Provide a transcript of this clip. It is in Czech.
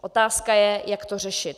Otázka je, jak to řešit.